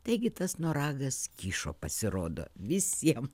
taigi tas noragas kyšo pasirodo visiem